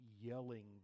yelling